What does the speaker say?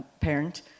Parent